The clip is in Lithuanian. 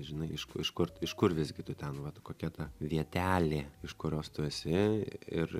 žinai iš ku iš kur iš kur visgi tu ten vat kokia ta vietelė iš kurios tu esi ir